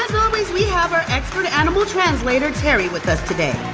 always, we have our expert animal translator, terry, with us today.